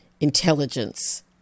intelligence